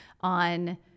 on